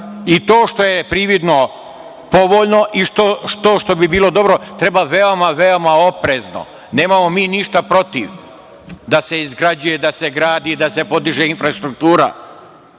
To što je prividno povoljno i što bi bilo dobro, treba veoma oprezno. Nemamo ništa protiv da se izgrađuje, da se gradi, da se podiže infrastruktura,